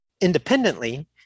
independently